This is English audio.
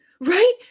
right